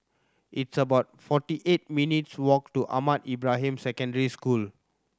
it's about forty eight minutes' walk to Ahmad Ibrahim Secondary School